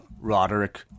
Roderick